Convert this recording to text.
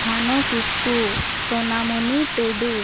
Jhano Kisku Sonamuni Tudu